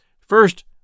First